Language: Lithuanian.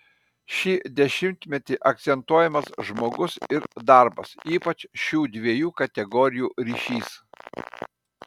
šį dešimtmetį akcentuojamas žmogus ir darbas ypač šių dviejų kategorijų ryšys